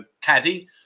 caddy